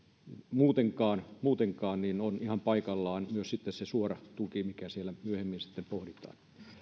muutenkaan niin että on ihan paikallaan myös se suora tuki mitä siellä myöhemmin sitten pohditaan